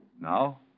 Now